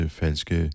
falske